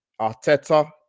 Arteta